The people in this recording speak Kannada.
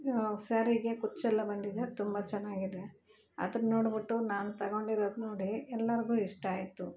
ಸ್ಯಾರಿಗೆ ಕುಚ್ಚೆಲ್ಲ ಬಂದಿದೆ ತುಂಬ ಚೆನ್ನಾಗಿದೆ ಅದನ್ನು ನೋಡಿಬಿಟ್ಟು ನಾನು ತಗೊಂಡಿರೋದು ನೋಡಿ ಎಲ್ಲಾರಿಗು ಇಷ್ಟ ಆಯಿತು